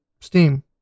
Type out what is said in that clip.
Steam